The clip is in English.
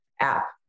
app